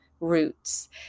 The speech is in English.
roots